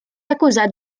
acusat